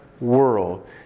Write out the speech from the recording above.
world